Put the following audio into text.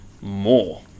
more